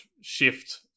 shift